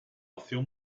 opción